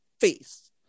face